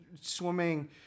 swimming